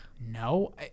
No